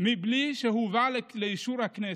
בלי שזה הובא לאישור הכנסת?